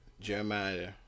Jeremiah